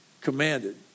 Commanded